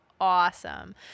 awesome